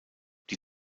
die